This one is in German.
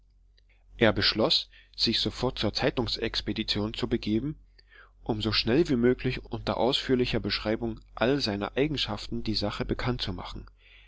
er beschloß sich sofort zur zeitungsexpedition zu begeben um so schnell wie möglich unter ausführlicher beschreibung all seiner eigenschaften die sache bekannt zu machen